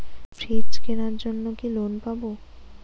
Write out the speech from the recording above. Fridge কেনার জন্য কি লোন পাব?